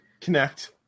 Connect